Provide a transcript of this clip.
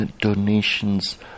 donations